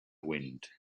wind